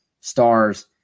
stars